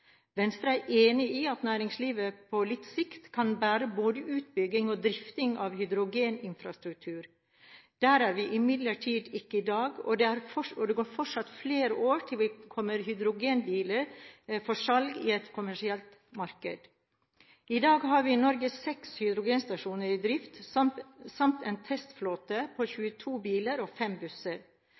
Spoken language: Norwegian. Venstre er enig i at næringslivet på sikt kan bære både utbygging og drifting av hydrogeninfrastruktur. Der er vi imidlertid ikke i dag, og det er fortsatt flere år til det kommer hydrogenbiler for salg i et kommersielt marked. I dag har vi i Norge 6 hydrogenstasjoner i drift, samt en testflåte på 22 biler og 5 busser.